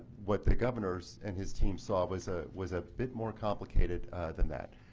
what the governor and his team saw was ah was a bit more complicated than that.